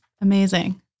amazing